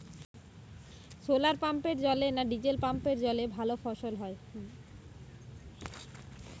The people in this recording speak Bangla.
শোলার পাম্পের জলে না ডিজেল পাম্পের জলে ভালো ফসল হয়?